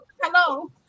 Hello